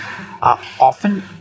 often